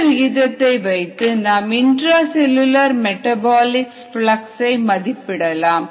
இந்த விகிதத்தை வைத்து நாம் இந்ட்ரா செல்லுலார் மெட்டபாலிக் பிளக்ஸ் ஐ மதிப்பிடலாம்